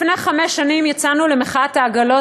לפני חמש שנים יצאנו למחאת העגלות,